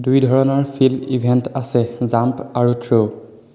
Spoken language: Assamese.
দুটা ধৰণৰ ফিল্ড ইভেন্ট আছে জাম্প আৰু থ্ৰ'